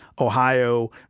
Ohio